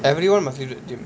everyone must leave the gym